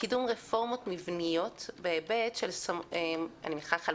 קידום רפורמות מבניות בהיבט של חלוקת